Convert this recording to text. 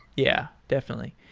yeah, definitely.